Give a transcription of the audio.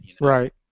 Right